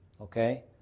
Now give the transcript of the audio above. okay